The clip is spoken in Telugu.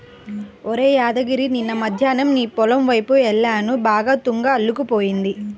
ఒరేయ్ యాదగిరి నిన్న మద్దేన్నం నీ పొలం వైపు యెల్లాను బాగా తుంగ అల్లుకుపోయింది